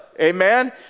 Amen